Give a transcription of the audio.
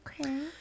okay